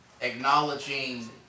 acknowledging